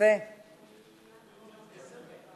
התשע"ב 2012,